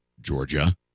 Georgia